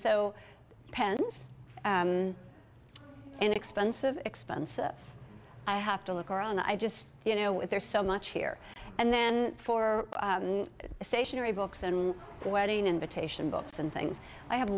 so pens and expensive expensive i have to look around i just you know there's so much here and then for a stationary books and wedding invitation books and things i have